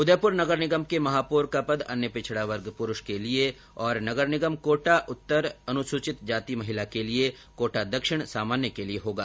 उदयपुर नगर निगम के महापौर का पद अन्य पिछड़ा वर्ग पुरूष के लिये तथा नगर निगम कोटा उत्तर अनुसूचित जाति महिला के लिये कोटा दक्षिण सामान्य के लिये होगा